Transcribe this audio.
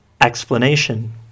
Explanation